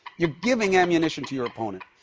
you're giving ammunition to your opponent.